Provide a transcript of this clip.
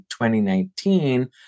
2019